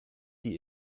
die